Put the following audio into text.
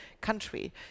country